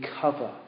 cover